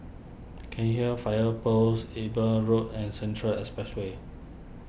Cairnhill Fire Post Eben Road and Central Expressway